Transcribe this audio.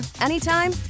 anytime